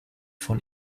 von